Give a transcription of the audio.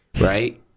right